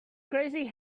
crazy